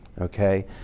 okay